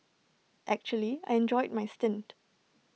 actually I enjoyed my stint